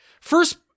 First